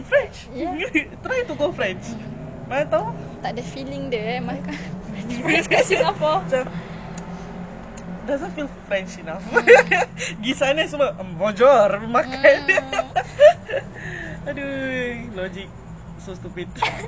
ah don't attack me like that ya K but not saying our humour I think we've been bred like that do you see now like the media singapore media so lame